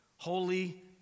Holy